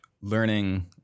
learning